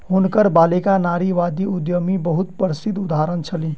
हुनकर बालिका नारीवादी उद्यमी के बहुत प्रसिद्ध उदाहरण छली